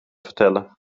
vertellen